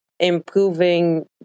improving